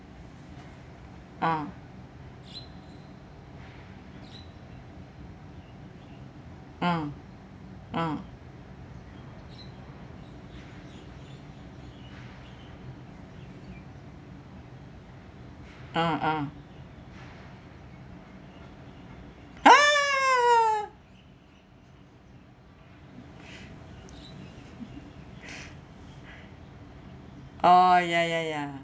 ah mm mm ah ah !huh! oh ya ya ya